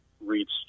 reached